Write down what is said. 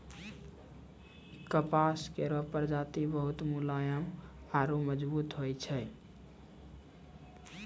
कपास केरो प्रजाति बहुत मुलायम आरु मजबूत होय छै